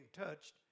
touched